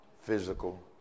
physical